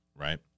right